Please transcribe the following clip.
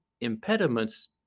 impediments